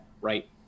right